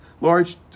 large